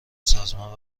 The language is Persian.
سازمان